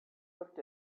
looked